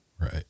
Right